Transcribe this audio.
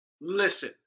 listen